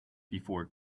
before